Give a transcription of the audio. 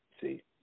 See